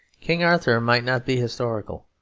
king arthur might not be historical,